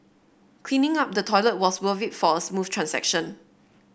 cleaning up the toilet was worth it for a smooth transaction